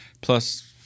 plus